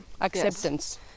Acceptance